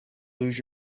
lose